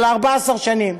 אלא 14 שנים.